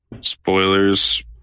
Spoilers